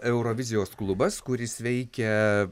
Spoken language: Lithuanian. yra eurovizijos klubas kuris veikia